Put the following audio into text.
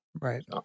Right